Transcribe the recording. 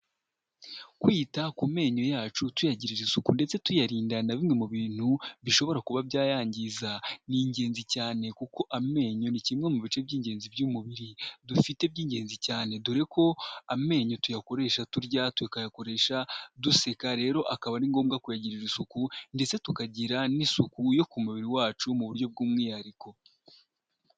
Kwita ku menyo yacu tuyagirira isuku ndetse tuyarinda na bimwe mu bintu bishobora kuba byayangiza ni ingenzi cyane kuko amenyo ni kimwe mu bice by'ingenzi by'umubiri dufite by'ingenzi cyane dore ko amenyo tuyakoresha turya, tukayakoresha duseka rero akaba ari ngombwa kuyagirira isuku ndetse tukagira n'isuku yo ku mubiri wacu mu buryo bw'umwihariko.